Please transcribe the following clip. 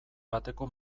bateko